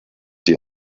die